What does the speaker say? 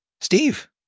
Steve